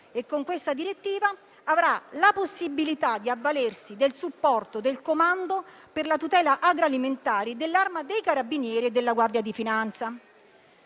Con questa direttiva avrà la possibilità di avvalersi del supporto del Comando per la tutela agroalimentare dell'Arma dei carabinieri e della Guardia di finanza.